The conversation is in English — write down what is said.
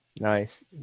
Nice